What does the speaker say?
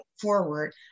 forward